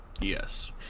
yes